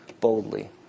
boldly